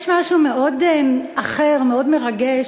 יש משהו מאוד אחר, מאוד מרגש,